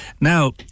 now